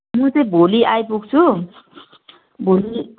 म चाहिँ भोलि आइपुग्छु भोलि